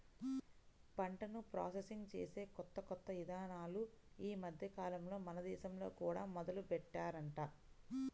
పంటను ప్రాసెసింగ్ చేసే కొత్త కొత్త ఇదానాలు ఈ మద్దెకాలంలో మన దేశంలో కూడా మొదలుబెట్టారంట